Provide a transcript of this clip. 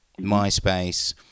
MySpace